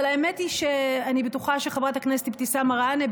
אבל האמת היא שאני בטוחה שחברת הכנסת אבתיסאם מראענה,